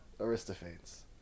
Aristophanes